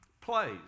plays